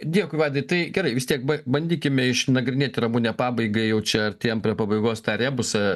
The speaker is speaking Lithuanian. dėkui vaidai tai gerai vis tiek ba bandykime išnagrinėti ramune pabaigai jau čia artėjam prie pabaigos tą rebusą